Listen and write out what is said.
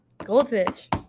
Goldfish